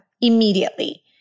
immediately